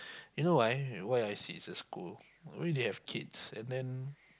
you know why why I see is a school only they have kids and then